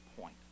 point